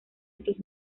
estos